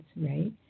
right